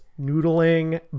noodling